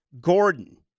Gordon